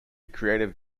creative